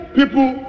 people